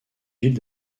ville